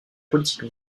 politique